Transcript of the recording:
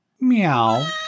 Meow